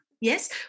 yes